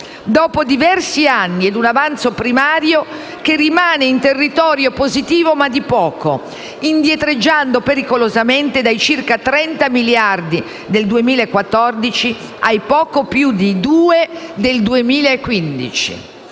dopo diversi anni ed un avanzo primario che rimane in territorio positivo, ma di poco, indietreggiando pericolosamente dai circa 30 miliardi del 2014 ai poco più di 2 miliardi